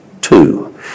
Two